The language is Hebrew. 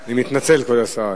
מתנצל, כבוד השר.